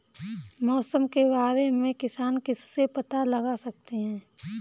मौसम के बारे में किसान किससे पता लगा सकते हैं?